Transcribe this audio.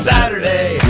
Saturday